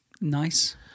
Nice